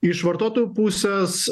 iš vartotojų pusės